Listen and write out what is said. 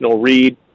read